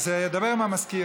אז שידבר עם המזכיר,